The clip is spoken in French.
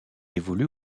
évolue